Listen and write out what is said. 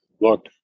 look